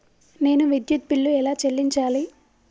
నేను విద్యుత్ బిల్లు ఎలా చెల్లించాలి?